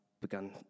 begun